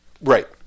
right